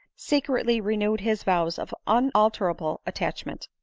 secretly renewed his vows of un alterable attachment.